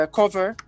cover